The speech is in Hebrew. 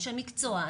אנשי מקצוע,